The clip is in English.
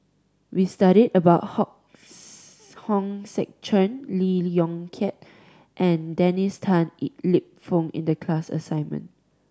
we studied about Hok Hong Sek Chern Lee Yong Kiat and Dennis Tan Lip Fong in the class assignment